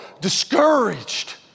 discouraged